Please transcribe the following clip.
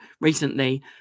recently